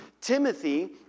Timothy